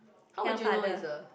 how would you know is a